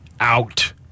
out